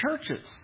churches